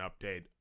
update